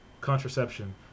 contraception